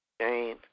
Jane